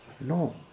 No